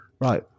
Right